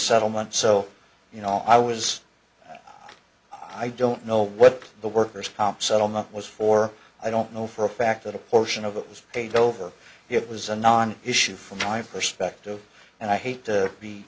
settlement so you know i was i don't know what the worker's comp settlement was for i don't know for a fact that a portion of that was paid over it was a non issue from my perspective and i hate to be